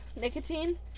Nicotine